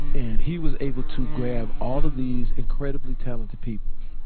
and he was able to grab all of these incredibly talented people